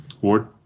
Ward